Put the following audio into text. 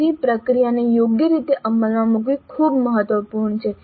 તેથી પ્રક્રિયાને યોગ્ય રીતે અમલમાં મૂકવી મહત્વપૂર્ણ છે